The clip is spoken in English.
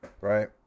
Right